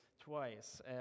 twice